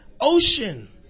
ocean